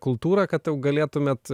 kultūrą kad jau galėtumėt